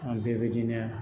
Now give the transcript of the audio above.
बेबायदिनो